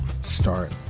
start